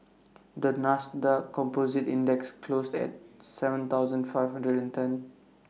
the Nasdaq composite index closed at Seven thousand five hundred and ten